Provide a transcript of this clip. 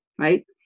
right